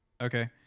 okay